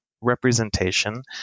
representation